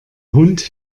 hund